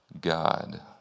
God